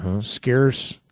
scarce